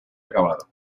acabado